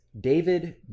David